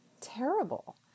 terrible